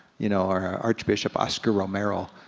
you know or arch bishop oscar romero,